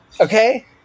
Okay